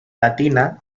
latina